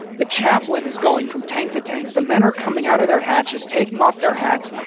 the chaplain is going from tank to tank. the men are coming out of their hatches, taking off their hats.